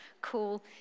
cool